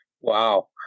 Wow